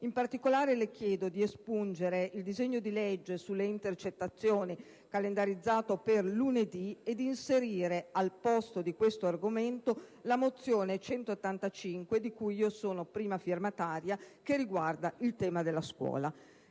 In particolare, le chiedo di espungere il disegno di legge sulle intercettazioni calendarizzato per lunedì prossimo ed inserire al posto di questo argomento la mozione n. 185, di cui sono primo firmataria, che riguarda il tema della scuola.